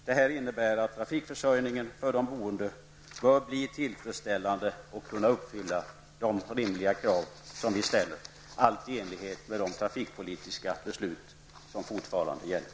Detta innebär att trafikförsörjningen för de boende bör bli tillfredsställande och uppfylla de rimliga krav som vi har ställt allt i enlighet med de trafikpolitiska beslut som fortfarande gäller.